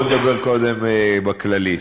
בוא נדבר קודם בכללי.